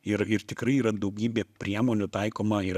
ir ir tikrai yra daugybė priemonių taikoma ir